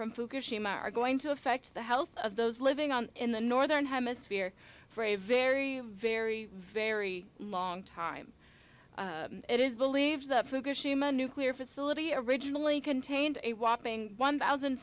fukushima are going to affect the health of those living on in the northern hemisphere for a very very very long time it is believed that fukushima nuclear facility originally contained a whopping one thousand